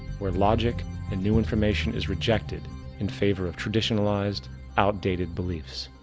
where logic and new information is rejected in favor of traditionalized outdated beliefs.